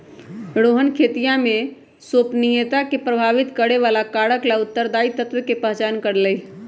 रोहनवा खेतीया में संपोषणीयता के प्रभावित करे वाला कारक ला उत्तरदायी तत्व के पहचान कर लेल कई है